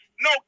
No